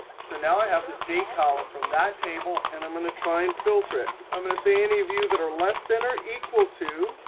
so now i have this date column from that table, and i'm going to try and filter it. i'm going to say, any of you that are less center equal to.